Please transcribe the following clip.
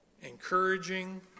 encouraging